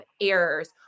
errors